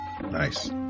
Nice